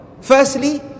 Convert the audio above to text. Firstly